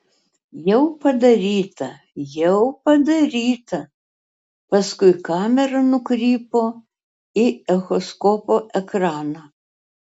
jau padaryta jau padaryta paskui kamera nukrypo į echoskopo ekraną